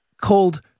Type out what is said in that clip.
called